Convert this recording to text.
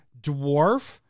dwarf